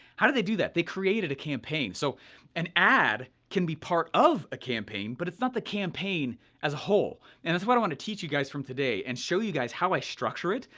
how did they do that? they created a campaign. so an ad can be part of a campaign, but it's not the campaign as a whole. and that's what i want to teach you guys from today and show you guys how i structure it,